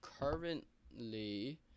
currently